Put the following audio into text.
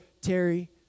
Terry